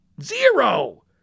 zero